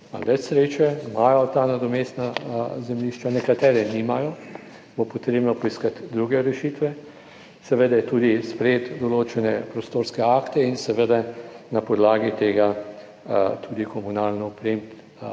več sreče, imajo ta nadomestna zemljišča, nekatere nimajo, bo potrebno poiskati druge rešitve. Seveda tudi sprejeti določene prostorske akte in seveda na podlagi tega tudi komunalno opremiti